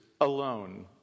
alone